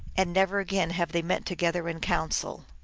and never again have they met together in council.